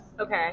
Okay